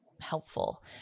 helpful